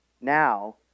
now